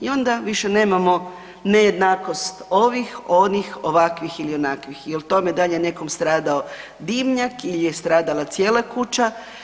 I onda više nemamo nejednakost ovih, onih, ovakvih ili onakvih i o tome da li je nekom stradao dimnjak ili stradala cijela kuća.